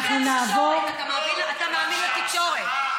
אתה מאמין לתקשורת.